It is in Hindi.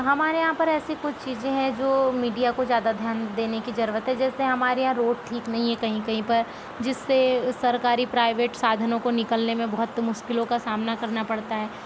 हमारे यहाँ पर ऐसी कुछ चीज़ें हैं जो मीडिया को ज़्यादा ध्यान देने की जरुरत है जैसे हमारे यहाँ रोड़ ठीक नहीं हैं कहीं कहीं पर जिससे सरकारी प्राइवेट साधनों को निकलने में बहुत मुश्किलों का सामना करना पड़ता है